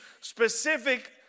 specific